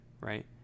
right